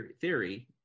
theory